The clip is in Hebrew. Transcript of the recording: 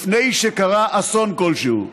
לפני שקרה אסון כלשהו.